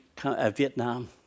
Vietnam